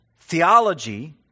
theology